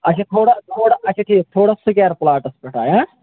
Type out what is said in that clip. اَچھا تھوڑا تھوڑا اَچھا ٹھیٖک تھوڑا سُکیر پُلاٹس پٮ۪ٹھس